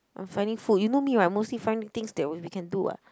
I'm finding food you know me right mostly finding things that we we can do [what]